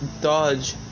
dodge